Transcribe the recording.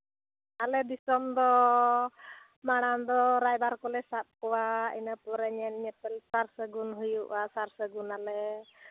ᱟᱞᱮ ᱫᱤᱥᱚᱢ ᱫᱚ ᱢᱟᱲᱟᱝ ᱫᱚ ᱨᱟᱭᱵᱟᱨ ᱠᱚᱞᱮ ᱥᱟᱵ ᱠᱚᱣᱟ ᱤᱱᱟᱹ ᱯᱚᱨᱮ ᱧᱮᱞ ᱧᱮᱯᱮᱞ ᱥᱟᱨᱼᱥᱟᱹᱜᱩᱱ ᱦᱩᱭᱩᱜᱼᱟ ᱥᱟᱨᱼᱥᱟᱹᱜᱩᱱ ᱟᱞᱮ